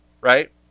right